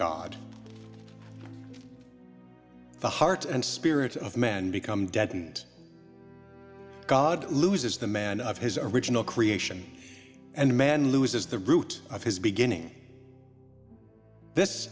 god the hearts and spirits of men become deadened god loses the man of his original creation and man loses the root of his beginning this